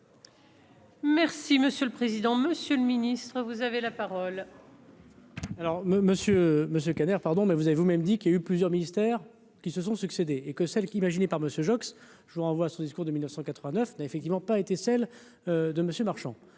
Merci monsieur le président, Monsieur le Ministre, vous avez la parole. Alors Monsieur Monsieur Kader, pardon, mais vous avez vous-même dit qu'il y a eu plusieurs ministères qui se sont succédés et que celle qu'imaginait par monsieur Joxe, je vous renvoie à son discours de 1000 900 89 n'a effectivement pas été celle de monsieur Marchand